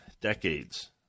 decades